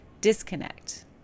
disconnect